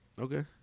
Okay